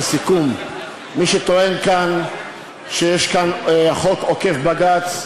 מי שטוען שיש כאן חוק עוקף-בג"ץ,